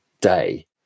day